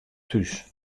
thús